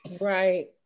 Right